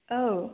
औ